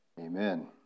Amen